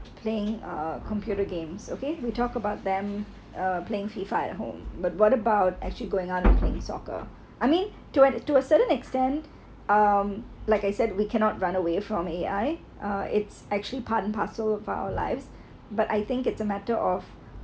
playing a computer games okay we talk about them uh playing fifa at home but what about actually go out playing soccer I mean to to a certain extent um like I said we cannot run away from A_I uh it's actually part and parcel of our lives but I think it's a matter of